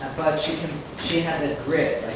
but she can, she had the grip,